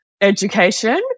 education